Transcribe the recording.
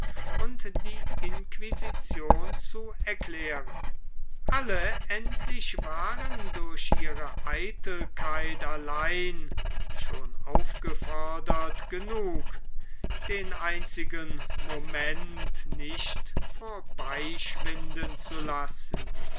und die inquisition zu erklären alle endlich waren durch ihre eitelkeit allein schon aufgefordert genug den einzigen moment nicht vorbeischwinden zu lassen